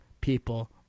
people